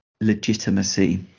legitimacy